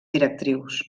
directrius